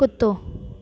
कुतो